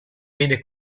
vede